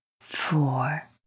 four